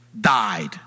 died